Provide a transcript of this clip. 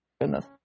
Goodness